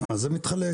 זה מתחלק